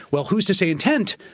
well, who's to say intent?